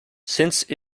since